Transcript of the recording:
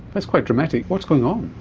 that's quite dramatic what's going on?